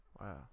Wow